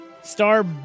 Star